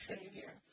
Savior